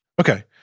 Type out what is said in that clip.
Okay